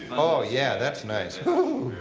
oh, yeah, that's nice. whoo.